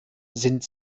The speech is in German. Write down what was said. sind